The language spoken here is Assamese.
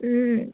ও